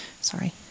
Sorry